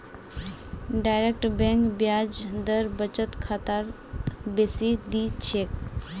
direct bank ब्याज दर बचत खातात बेसी दी छेक